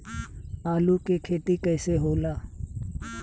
आलू के खेती कैसे होला?